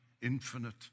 infinite